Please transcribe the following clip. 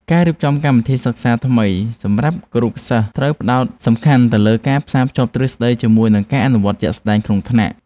ការរៀបចំកម្មវិធីសិក្សាថ្មីសម្រាប់គរុសិស្សត្រូវផ្តោតសំខាន់ទៅលើការផ្សារភ្ជាប់ទ្រឹស្តីជាមួយនឹងការអនុវត្តជាក់ស្តែងក្នុងថ្នាក់។